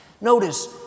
Notice